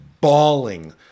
bawling